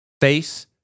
face